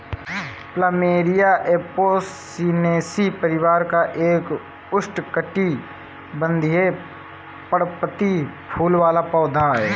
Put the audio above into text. plumeria Apocynaceae परिवार का एक उष्णकटिबंधीय, पर्णपाती फूल वाला पौधा है